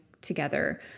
together